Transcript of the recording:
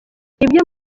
ibyo